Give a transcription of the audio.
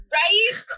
right